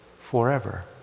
forever